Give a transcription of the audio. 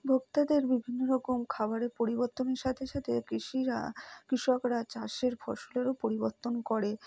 ভোক্তাদের বিভিন্ন রকম খাবারের পরিবর্তনের সাথে সাথে কৃষিরা কৃষকরা চাষের ফসলেরও পরিবর্তন করে